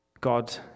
God